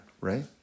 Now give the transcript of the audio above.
right